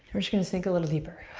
we're just gonna sink a little deeper.